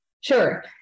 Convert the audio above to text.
Sure